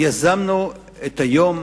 יזמנו את היום